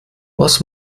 was